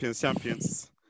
champions